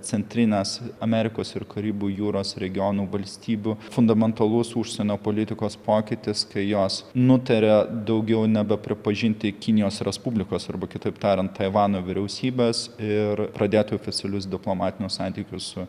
centrinės amerikos ir karibų jūros regiono valstybių fundamentalus užsienio politikos pokytis kai jos nutarė daugiau nebepripažinti kinijos respublikos arba kitaip tariant taivano vyriausybės ir pradėti oficialius diplomatinius santykius su